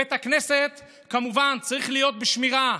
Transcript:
בית הכנסת כמובן צריך להיות בשמירה.